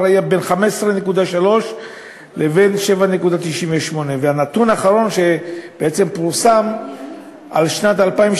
היה בין 15.3% לבין 7.98%. והנתון האחרון שפורסם על שנת 2012